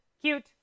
Cute